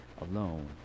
alone